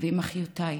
ועם אחיותיי